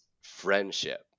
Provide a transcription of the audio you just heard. friendship